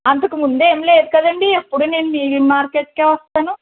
అంతకు ముందే ఏం లేదు కదండి ఎప్పుడూ నేను మీ మార్కెట్కే వస్తాను